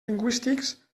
lingüístics